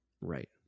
Right